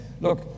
look